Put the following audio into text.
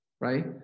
right